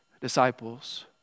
disciples